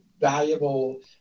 valuable